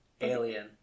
Alien